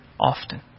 often